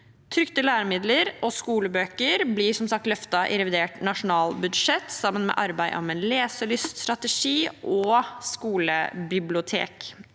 Trykte læremidler og skolebøker blir som sagt løftet i revidert nasjonalbudsjett – sammen med arbeid om en leselyststrategi og skolebibliotek.